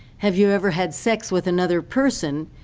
have you ever had sex with another person,